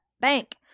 bank